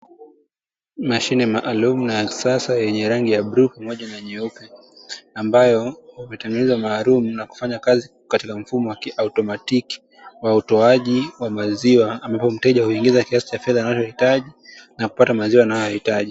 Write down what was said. Mashine maalumu na ya kisasa yenye rangi ya bluu pamoja na nyeupe, ambayo imetengenezwa maalumu na kufanya kazi katika mfumo wa kiautomatiki wa utoaji wa maziwa, ambapo mteja huingiza kiasi cha fedha anachohitaji na kupata maziwa anayoyahitaji.